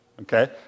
okay